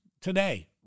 today